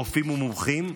רופאים ומומחים,